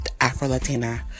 Afro-Latina